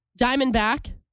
Diamondback